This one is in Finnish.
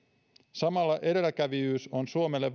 samalla edelläkävijyys on suomelle